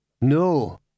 No